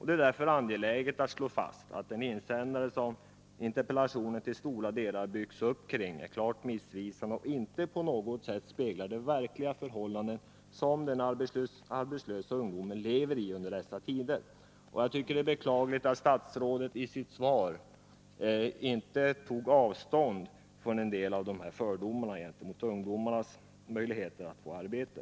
Det är därför angeläget att det slås fast att den insändare som interpellationen till stora delar byggs upp kring är klart missvisande och inte på något sätt speglar de verkliga förhållanden som den arbetslösa ungdomen i dessa tider lever under. Och det är beklagligt att statsrådet i sitt svar inte tog avstånd från en del av dessa fördomar gentemot ungdomars möjligheter att få arbete.